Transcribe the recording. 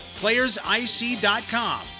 playersic.com